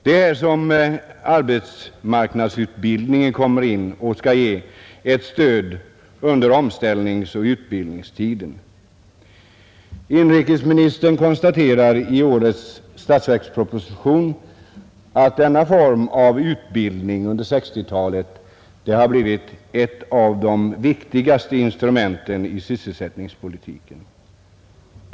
Det är här som arbetsmarknadsutbildningen kommer in och skall ge stöd under omställningsoch utbildningstiden. Inrikesministern konstaterar i årets statsverksproposition att denna form av utbildning under 1960-talet har utvecklats till ett av de viktigaste instrumenten i sysselsättningspolitiken.